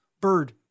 bird